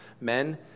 Men